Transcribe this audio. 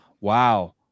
Wow